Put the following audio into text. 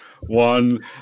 one